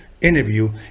interview